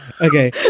okay